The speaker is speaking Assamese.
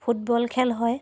ফুটবল খেল হয়